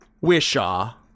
Wishaw